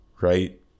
right